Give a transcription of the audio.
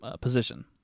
position